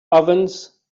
ovens